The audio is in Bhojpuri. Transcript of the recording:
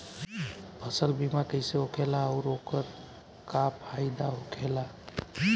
फसल बीमा कइसे होखेला आऊर ओकर का फाइदा होखेला?